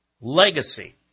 legacy